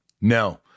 no